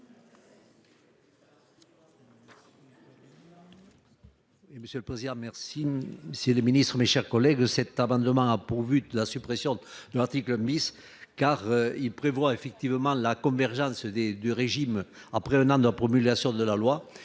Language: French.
monsieur le plaisir, merci. Si le Ministre, mes chers collègues. Cet amendement a pourvu de la suppression de l'article Miss car il prévoit effectivement la convergence des du régime après le an de la promulgation de la loi